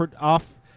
off